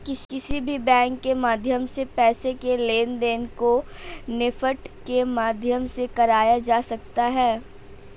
किसी भी बैंक के माध्यम से पैसे के लेनदेन को नेफ्ट के माध्यम से कराया जा सकता है